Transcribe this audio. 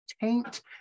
Taint